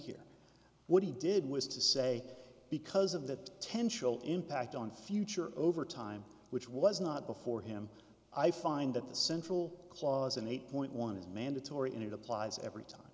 here what he did was to say because of that ten show impact on future over time which was not before him i find that the central clause an eight point one is mandatory and it applies every time